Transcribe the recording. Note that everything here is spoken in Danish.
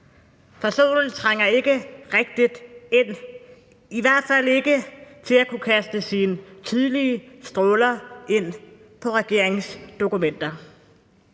for solen trænger ikke rigtig ind, i hvert fald ikke til at kunne kaste sine tydelige stråler ind på regeringens dokumenter.